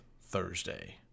Thursday